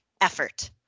effort